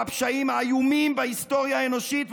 הפשעים האיומים בהיסטוריה האנושית,